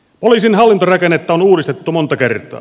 poliisin hallintorakennetta on uudistettu monta kertaa